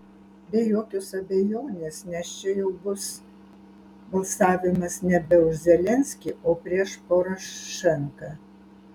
be jokios abejonės nes čia jau bus balsavimas nebe už zelenskį o prieš porošenką